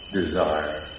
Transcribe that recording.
desire